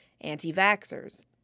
Anti-vaxxers